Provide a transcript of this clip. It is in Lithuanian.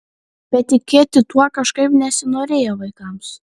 bet tikėti tuo kažkaip nesinorėjo vaikams